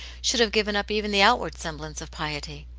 should have given up even the outward semblance of piety.